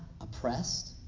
oppressed